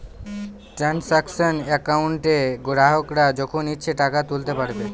transaction একাউন্টে গ্রাহকরা যখন ইচ্ছে টাকা তুলতে পারবে